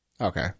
Okay